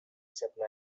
supply